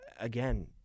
again